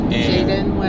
Jaden